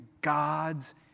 god's